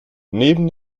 neben